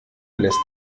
lässt